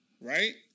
right